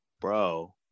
bro